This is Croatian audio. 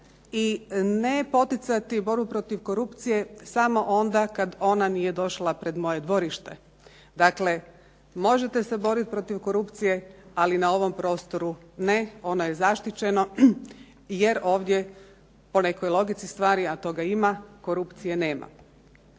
i ne poticati borbu protiv korupcije samo onda kad ona nije došla pred moje dvorište. Dakle, možete se boriti protiv korupcije, ali na ovom prostoru ne, ono je zaštićeno, jer ovdje po nekoj logici stari, a toga ima korupcije nema.